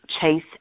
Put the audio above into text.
chase